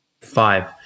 Five